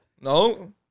No